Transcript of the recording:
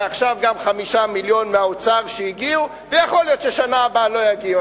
ועכשיו גם 5 מיליונים שהגיעו מהאוצר ויכול להיות ששנה הבאה לא יגיעו.